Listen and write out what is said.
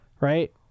right